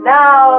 now